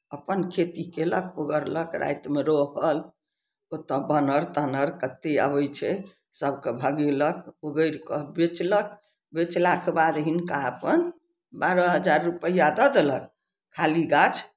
अपन खेती कयलक ओगरलक रातिमे रहल ओतऽ बानर तानर कते आबय छै सबके भगेलक ओगरि कऽ बेचलक बेचलाके बाद हिनका अपन बारह हजार रुपैआ दऽ देलक खाली गाछ